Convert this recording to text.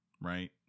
right